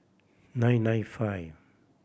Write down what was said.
nine nine five